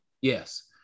yes